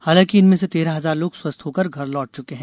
हालांकि इनमें से तेरह हजार लोग स्वस्थ होकर घर लौट चुके हैं